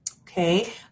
Okay